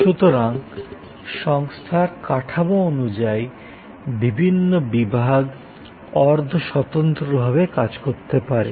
সুতরাং সংস্থার কাঠামো অনুযায়ী বিভিন্ন বিভাগ অর্ধ স্বতন্ত্র ভাবে কাজ করতে পারে